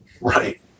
Right